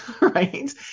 right